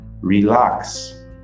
Relax